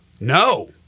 No